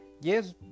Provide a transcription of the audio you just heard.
Yes